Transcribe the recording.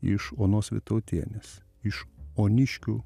iš onos vytautienės iš oniškių